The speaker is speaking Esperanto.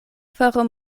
faro